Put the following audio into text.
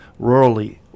rurally